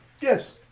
Yes